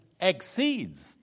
exceeds